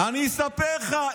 אני אספר לך.